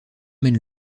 mène